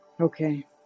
Okay